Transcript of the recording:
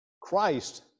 christ